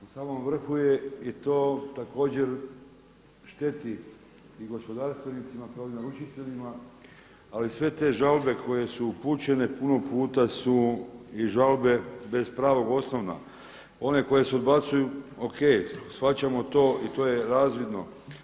U samom vrhu je i to također šteti gospodarstvenicima kao i naručiteljima, ali sve te žalbe koje su upućene puno puta su i žalbe bez pravog … one koje se odbacuju o.k. shvaćamo to i to je razvidno.